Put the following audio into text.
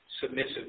submissive